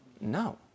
No